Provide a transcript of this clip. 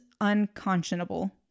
unconscionable